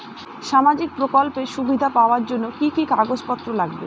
সামাজিক প্রকল্পের সুবিধা পাওয়ার জন্য কি কি কাগজ পত্র লাগবে?